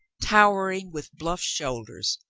towering with bluff shoulders,